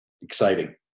exciting